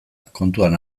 kontuan